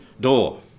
door